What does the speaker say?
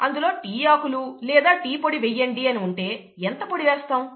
అందులో టీ ఆకులు లేదా టీ పొడి వెయ్యండి అని ఉంటే ఎంత పొడి వేస్తాము